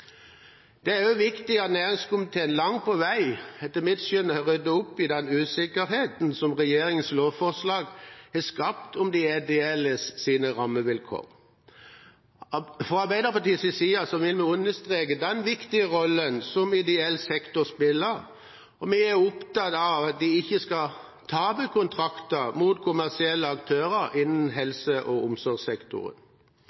Det er også viktig at næringskomiteen langt på vei, etter mitt skjønn, har ryddet opp i den usikkerheten som regjeringens lovforslag har skapt om de ideelles rammevilkår. Fra Arbeiderpartiets side vil vi understreke den viktige rollen ideell sektor spiller, og vi er opptatt av at de ikke skal tape kontrakter mot kommersielle aktører innen